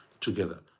together